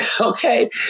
okay